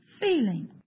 Feeling